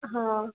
હં